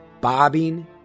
bobbing